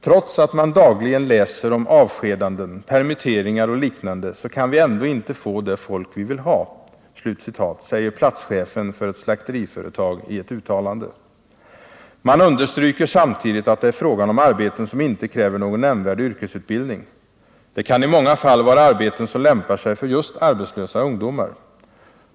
Trots att man dagligen läser om avskedanden, permitteringar och liknande så kan vi ändå inte få det folk vi vill ha.” Detta säger platschefen för ett slakteriföretag i ett uttalande. Man understryker samtidigt att det är fråga om arbeten som inte kräver någon nämnvärd yrkesutbildning. Det kan i många fall vara arbeten som lämpar sig för just arbetslösa ungdomar.